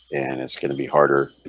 and it's gonna be harder